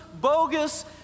bogus